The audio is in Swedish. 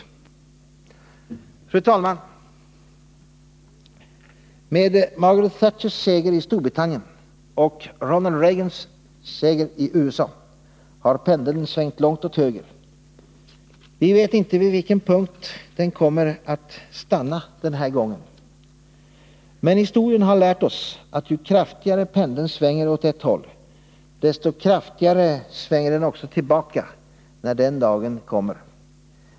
Fru talman! Med Margaret Thatchers seger i Storbritannien och Ronald Reagansi USA har pendeln svängt långt åt höger. Vi vet inte vid vilken punkt den kommer att stanna den här gången. Men historien har lärt oss att ju kraftigare pendeln svänger åt ett håll, desto kraftigare svänger den också tillbaka när den dagen kommer.